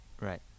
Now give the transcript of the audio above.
Right